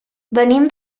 venim